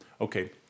Okay